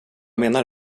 menar